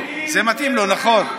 זה מתאים לו, נכון.